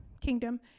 kingdom